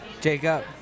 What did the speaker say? Jacob